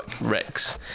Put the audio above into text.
Rex